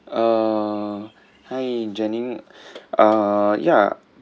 uh hi janice uh ya